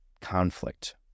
conflict